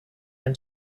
when